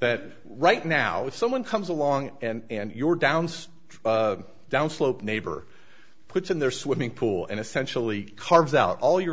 that right now if someone comes along and your downs downslope neighbor puts in their swimming pool and essentially carves out all your